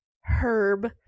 Herb